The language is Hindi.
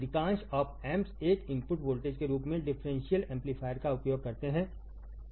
अधिकांश ऑप एम्प्स एक इनपुट वोल्टेज के रूप में डिफरेंशियल एम्पलीफायर का उपयोग करते हैं